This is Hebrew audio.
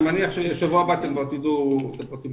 אני מניח שבשבוע הבא אתם תדעו פרטים.